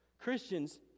Christians